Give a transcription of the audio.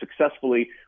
successfully